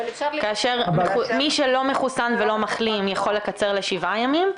כאשר מי שלא מחוסן ולא מחלים יכול לקצר לשבעה ימים.